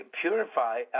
purify